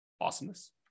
Awesomeness